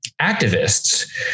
activists